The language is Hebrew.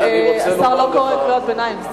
השר לא קורא קריאות ביניים.